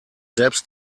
selbst